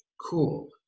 cool